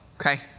Okay